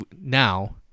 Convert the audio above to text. Now